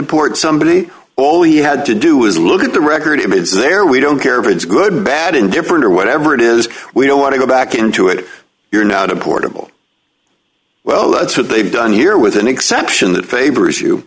deport somebody all you had to do is look at the record it's there we don't care if it's good bad indifferent or whatever it is we don't want to go back into it you're not a portable well that's what they've done here with an exception that favors you